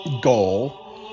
goal